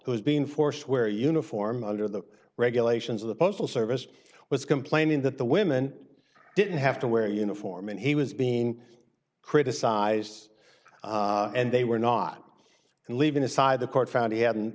was being forced to wear uniform under the regulations of the postal service was complaining that the women didn't have to wear uniform and he was being criticized and they were not and leaving aside the court found he hadn't